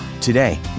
Today